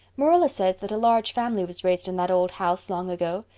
marilla says that a large family was raised in that old house long ago,